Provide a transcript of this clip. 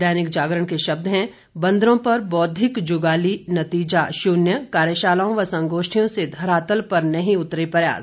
दैनिक जागरण के शब्द हैं बंदरों पर बौद्विक जुगाली नतीजा शून्य कार्यशालाओं व संगोष्ठियों से धरातल पर नहीं उतरे प्रयास